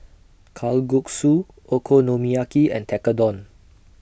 Kalguksu Okonomiyaki and Tekkadon